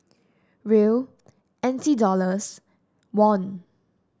Riel N T Dollars Won